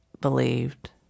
believed